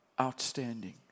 outstanding